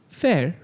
fair